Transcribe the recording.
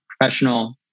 professional